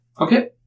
Okay